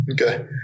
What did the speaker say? Okay